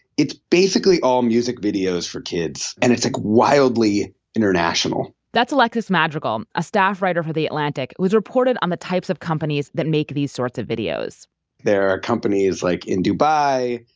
it's basically all music videos for kids, and it's like wildly international that's alexis madrigal, a staff writer for the atlantic, who's reported on the types of companies that make these sorts of videos there are companies like in dubai,